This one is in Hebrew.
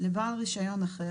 לבעל רישיון אחר,